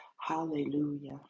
Hallelujah